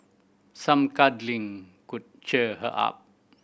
some cuddling could cheer her up